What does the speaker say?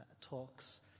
talks